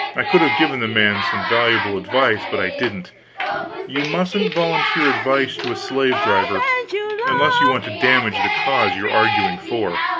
i could have given the man some valuable advice, but i didn't you mustn't volunteer advice to a slave-driver unless you want to damage the cause you are arguing for.